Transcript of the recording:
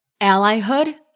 Allyhood